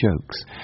jokes